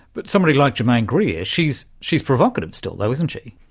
but somebody like germaine greer, she's she's provocative still, though, isn't she?